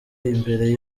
mbere